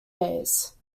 days